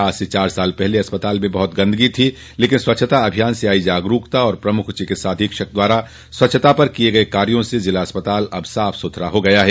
आज से चार साल पहले अस्पताल में बहुत गन्दगी थी लेकिन स्वच्छता अभियान से आई जागरूकता और प्रमुख चिकित्सा अधीक्षक द्वारा स्वच्छता पर किये गये कार्यो से जिला अस्पताल अब साफ सुथरा हो गया है